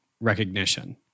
recognition